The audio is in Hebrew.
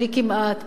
בלי כמעט,